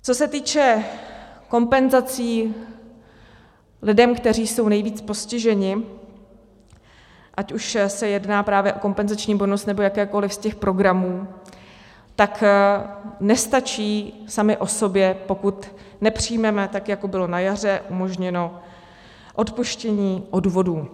Co se týče kompenzací lidem, kteří jsou nejvíc postiženi, ať už se jedná právě o kompenzační bonus, nebo jakékoli z těch programů, tak nestačí samy o sobě, pokud nepřijmeme, tak jako bylo na jaře umožněno, odpuštění odvodů.